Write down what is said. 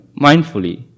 mindfully